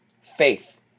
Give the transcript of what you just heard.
faith